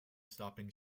stopping